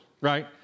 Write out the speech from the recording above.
right